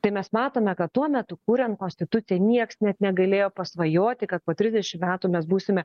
tai mes matome kad tuo metu kuriant konstituciją nieks net negalėjo pasvajoti kad po trisdešim metų mes būsime